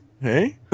Hey